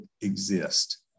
exist